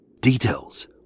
details